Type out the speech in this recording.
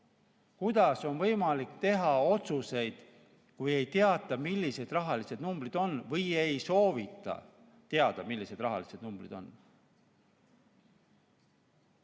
Kuidas on võimalik teha otsuseid, kui ei teata, millised rahalised numbrid on, või ei soovita teada, millised rahalised numbrid on?